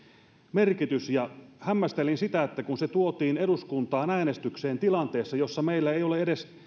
merkitys ja hämmästelin sitä että se tuotiin eduskuntaan äänestykseen tilanteessa jossa meillä ei ole edes